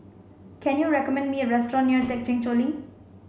can you recommend me a restaurant near Thekchen Choling